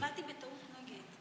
הצבעתי בטעות נגד.